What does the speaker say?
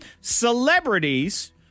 Celebrities